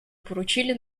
поручили